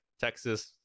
Texas